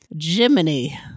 Jiminy